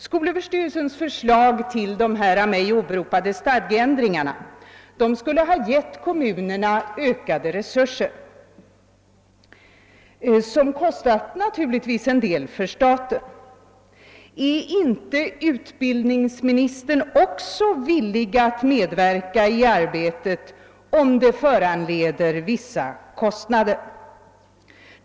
Skolöverstyrelsens förslag till de av mig åberopade stadgeändringarna skulle ha givit kommunerna ökade resurser, som naturligtvis hade kostat en del för staten. Är inte utbildningsministern villig att medverka i arbetet även om det föranleder vissa kostnader?